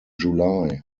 july